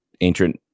ancient